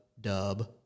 dub